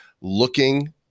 looking